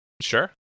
sure